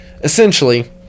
essentially